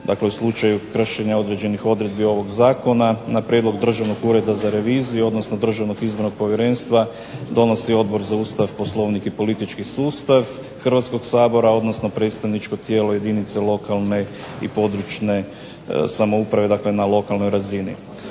dakle u slučaju kršenja određenih odredbi ovog zakona na prijedlog Državnog ureda za reviziju, odnosno Državnog izbornog povjerenstva donosi Odbor za Ustav, Poslovnik i politički sustav Hrvatskog sabora, odnosno predstavničko tijelo jedinice lokalne i područne samouprave, dakle na lokalnoj razini.